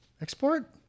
export